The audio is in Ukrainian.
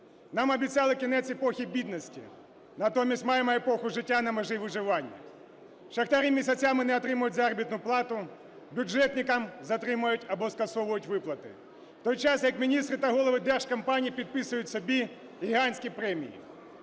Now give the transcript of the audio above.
Нам обіцяли кінець епохи бідності. Натомість маємо епоху життя на межі виживання. Шахтарі місяцями не отримують заробітну плату, бюджетникам затримують або скасовують виплати, в той час, як міністри та голови держкомпаній підписують собі гігантські премії.